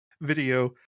video